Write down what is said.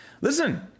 Listen